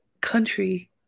country